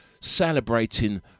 celebrating